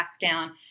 down